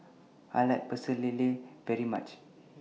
I like Pecel Lele very much